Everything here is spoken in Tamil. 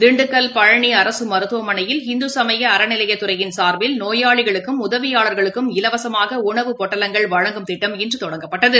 திண்டுக்கல் பழனிஅரசுமருத்துவமனையில் இந்துசமயஅறநிலையத்துறையின் சாா்பில் நோயாளிகளுக்கும் உதவியாளர்களுக்கும் இலவசமாகஉணவுப் பொட்டலங்கள் வழங்கும் திட்டம் இன்றதொடங்கப்பட்டது